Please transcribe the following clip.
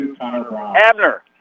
Abner